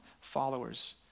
followers